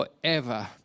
forever